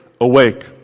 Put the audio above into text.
awake